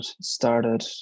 started